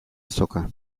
azoka